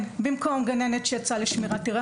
במקום גננת שיצאה לחופשת לידה,